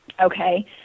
okay